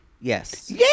Yes